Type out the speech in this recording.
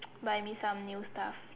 buy me some new stuff